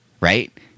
right